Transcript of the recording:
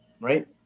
right